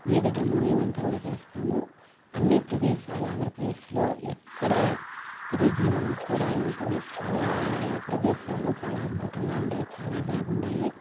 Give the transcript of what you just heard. ఈదటము ఇదంతా కూడా చేస్తాము అన్ని ప్రదేశాల ఆంధ్రప్రదేశ్లో ఎక్కడా తిరిగి మనం చూడాలనుకుని చాలా ప్రదేశాలు చాలా అద్భుతంగా ఉంటాయి చాలా బాగున్నాయి